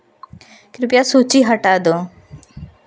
कृपया सूची हटा दो